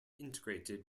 integrated